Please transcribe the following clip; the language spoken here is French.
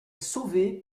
sauvée